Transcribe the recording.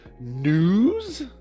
news